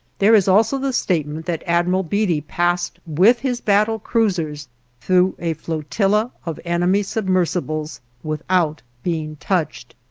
there is also the statement that admiral beatty passed with his battle-cruisers through a flotilla of enemy submersibles without being touched.